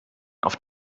auf